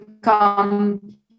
come